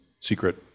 secret